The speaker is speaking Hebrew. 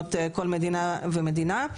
שמאפיינות כל מדינה ומדינה.